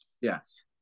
Yes